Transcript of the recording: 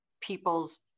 people's